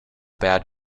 bad